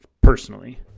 personally